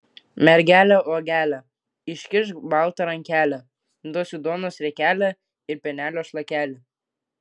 mergele uogele iškišk baltą rankelę duosiu duonos riekelę ir pienelio šlakelį